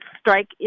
strike